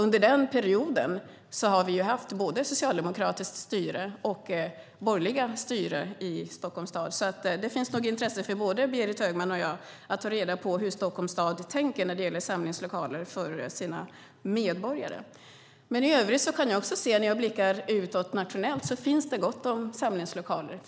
Under den perioden har vi haft både socialdemokratiskt styre och borgerligt styre i Stockholms stad, så det finns nog intresse för både Berit Högman och mig att ta reda på hur Stockholms stad tänker när det gäller samlingslokaler för medborgarna. I övrigt kan jag se när jag blickar ut nationellt att det finns gott om samlingslokaler.